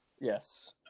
Yes